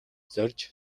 зорьж